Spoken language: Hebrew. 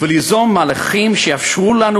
וליזום מהלכים שיאפשרו לנו,